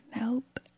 Nope